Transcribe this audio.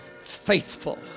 faithful